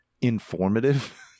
informative